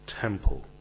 temple